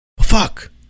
Fuck